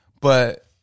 but-